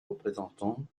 représentants